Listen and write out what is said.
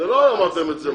--- לא אמרתם את זה,